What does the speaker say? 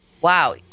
wow